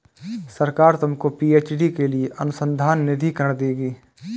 सरकार तुमको पी.एच.डी के लिए अनुसंधान निधिकरण देगी